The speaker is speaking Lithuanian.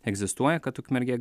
egzistuoja kad ukmergė